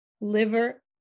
liver